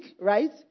right